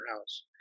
house